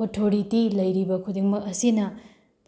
authority ꯂꯩꯔꯤꯕ ꯈꯨꯗꯤꯡꯃꯛ ꯑꯁꯤꯅ